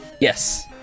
yes